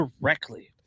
directly